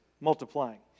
multiplying